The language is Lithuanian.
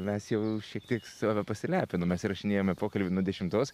mes jau šiek tiek save pasilepinom mes įrašinėjame pokalbį nuo dešimtos